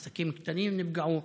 עסקים קטנים נפגעו,